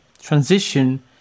transition